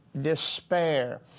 despair